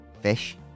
Fish